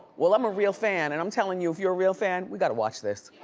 well i'm a real fan, and i'm telling you if you're a real fan, we gotta watch this.